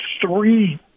three